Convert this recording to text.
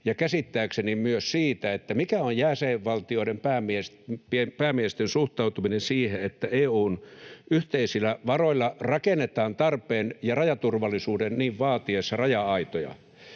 käsittääkseni myös siitä, mikä on jäsenvaltioiden päämiesten suhtautuminen siihen, että EU:n yhteisillä varoilla rakennetaan tarpeen ja rajaturvallisuuden niin vaatiessa raja-aitoja,